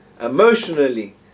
Emotionally